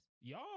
Y'all